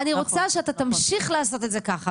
אני רוצה שאתה תמשיך לעשות את זה כך,